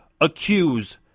accuse